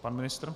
Pan ministr?